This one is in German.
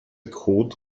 code